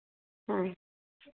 हाँ